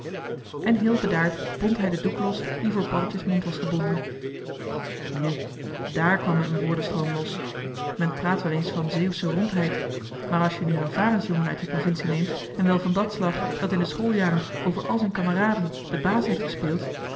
en heel bedaard bond hij den doek los die voor paddeltje's mond was gebonden nu daar kwam me een woordenstroom los men praat wel eens van zeeuwsche rondheid maar als je nu een varensjongen uit die provincie neemt en wel van dat slag dat in de schooljaren over al zijn kameraden den baas heeft gespeeld